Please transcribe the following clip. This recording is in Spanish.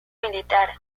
militar